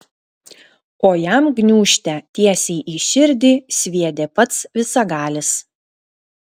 o jam gniūžtę tiesiai į širdį sviedė pats visagalis